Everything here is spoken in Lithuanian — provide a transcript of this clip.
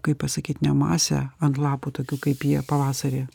kaip pasakyt ne masę ant lapų tokių kaip jie pavasarį